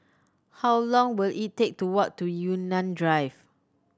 how long will it take to walk to Yunnan Drive